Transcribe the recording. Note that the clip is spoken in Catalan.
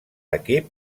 equip